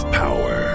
power